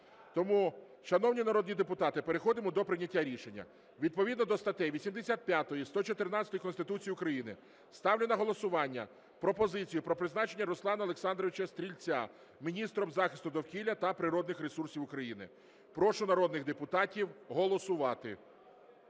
Тому, шановні народні депутати, переходимо до прийняття рішення. Відповідно до статей 85, 114 Конституції України ставлю на голосування пропозицію про призначення Руслана Олександровича Стрільця міністром захисту довкілля та природних ресурсів України. Прошу народних депутатів голосувати.